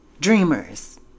dreamers